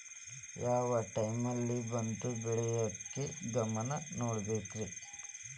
ಯಾವ್ ಟೈಮಲ್ಲಿ ಭತ್ತ ಬೆಳಿಯಾಕ ಗಮನ ನೇಡಬೇಕ್ರೇ?